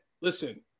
listen